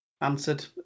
answered